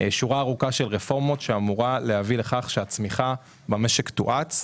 שורה ארוכה של רפורמות שאמורה להביא לכך שהצמיחה במשק תואץ,